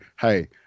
Hey